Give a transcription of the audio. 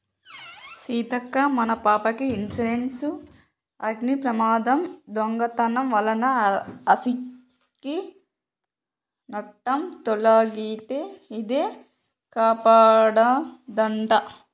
సీతక్క మన పాపకి ఇన్సురెన్సు అగ్ని ప్రమాదం, దొంగతనం వలన ఆస్ధికి నట్టం తొలగితే ఇదే కాపాడదంట